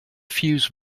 fuse